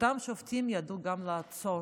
שאותם שופטים ידעו גם לעצור,